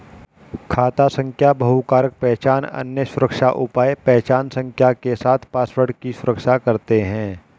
खाता संख्या बहुकारक पहचान, अन्य सुरक्षा उपाय पहचान संख्या के साथ पासवर्ड की सुरक्षा करते हैं